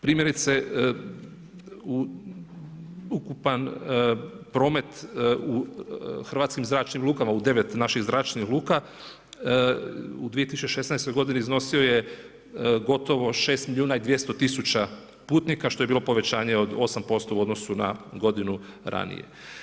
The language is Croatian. Primjerice, ukupan promet u hrvatskim zračnim lukama u 9 naših zračnih luka u 2016. godini iznosio je gotovo 6 milijuna i 200 tisuća putnika, što je bilo povećanje od 8% u odnosu na godinu ranije.